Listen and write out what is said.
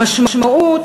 המשמעות,